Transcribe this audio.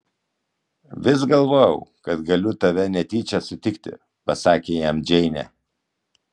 vis galvojau kad galiu tave netyčia sutikti pasakė jam džeinė